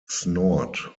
snort